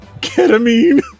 Ketamine